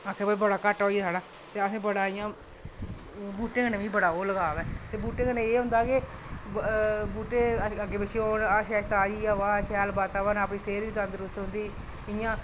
आक्खे कि कोई भाई बड़ा घाटा होई गेआ साढ़ा ते असें बड़ा इं'या बूह्टें नै असें बड़ा लगाव ऐ ते बूह्टें कन्नै एह् होंदा कि बूह्टे अग्गें पिच्छें होन ते ताज़ी हवा ते सेह्त बी तंदरुस्त रौंहदी